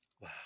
Wow